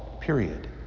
period